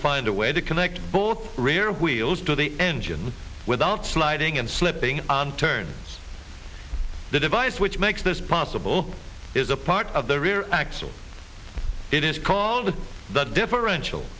find a way to connect both rear wheels to the engine without sliding and slipping on turns the device which makes this possible is a part of the rear axle it is called the differential